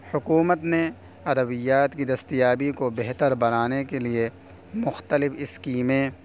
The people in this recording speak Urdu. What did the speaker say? حکومت نے ادویات کی دستیابی کو بہتر بنانے کے لیے مختلف اسکیمیں